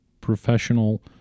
professional